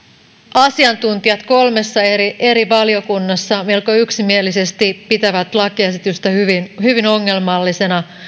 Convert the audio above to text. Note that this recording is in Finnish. asiantuntijat kolmessa eri eri valiokunnassa melko yksimielisesti pitävät lakiesitystä hyvin hyvin ongelmallisena